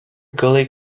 gully